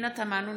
אני נגד.